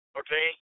okay